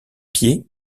pieds